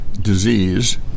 disease